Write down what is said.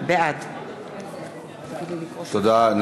בעד תודה.